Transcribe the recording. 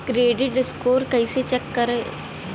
Credit score कइसे check करल जायी?